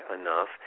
enough